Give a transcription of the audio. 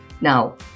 Now